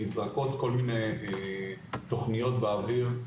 נזרקות כל מיני תוכניות באוויר,